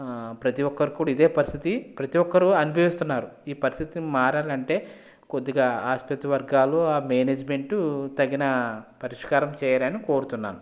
ప్రతి ఒక్కరు కూడా ఇదే పరిస్థితి ప్రతి ఒక్కరు అనుభవిస్తున్నారు ఈ పరిస్థితిని మారాలంటే కొద్దిగా ఆసుపత్రి వర్గాలు ఆ మేనేజ్మెంటు తగిన పరిష్కారం చెయ్యాలని కోరుతున్నాను